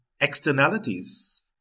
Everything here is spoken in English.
externalities